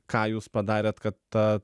ką jūs padarėt kad ta